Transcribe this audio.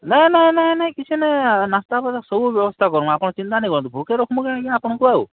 ନାଇ ନାଇ ନାଇ କିଛି ନାଇ ନାସ୍ତାପତର୍ ସବୁ ବ୍ୟବସ୍ଥା କର୍ମୁ ଆପଣ୍ ଚିନ୍ତା ନାଇ କରୁନ୍ ଭୁକେ ରଖ୍ମୁ କାଏଁ ଆଜ୍ଞା ଆପଣ୍ଙ୍କୁ ଆଉ